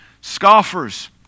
Scoffers